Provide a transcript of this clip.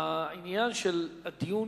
העניין של הדיון